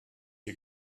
you